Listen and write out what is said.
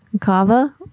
Kava